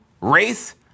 race